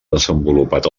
desenvolupat